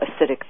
acidic